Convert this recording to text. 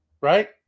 right